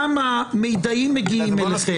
כמה מידעים מגיעים אליכם,